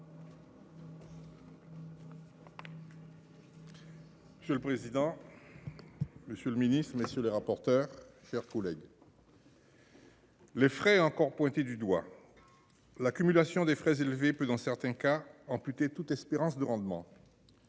Je le président. Monsieur le ministre, messieurs les rapporteurs, chers collègues. Les frais encore pointé du doigt. L'accumulation des frais élevés peut dans certains cas amputé toute espérance de rendement.